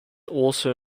also